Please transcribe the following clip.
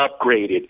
upgraded